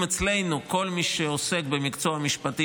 אם אצלנו כל מי שעוסק במקצוע משפטי,